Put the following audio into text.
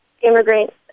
immigrants